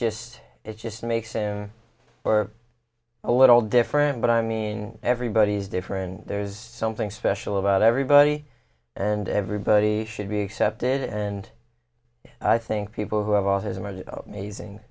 just it just makes for a little different but i mean everybody's different there's something special about everybody and everybody should be accepted and i think people who have autism or mazing